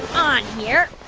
on here.